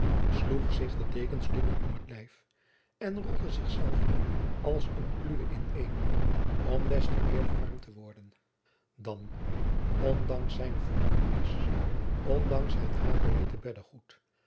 sloeg zich de dekens dubbel om t lijf en rolde zichzelven als een kluwen ineen om des te eerder warm te worden dan ondanks zijne vermoeienis ondanks het hagelwitte